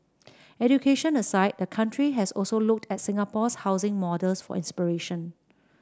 education aside the country has also looked at Singapore's housing models for inspiration